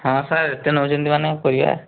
ହଁ ସାର୍ ଏତେ ନେଉଛନ୍ତି ମାନେ କରିବା